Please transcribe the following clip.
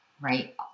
right